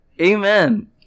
amen